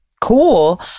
cool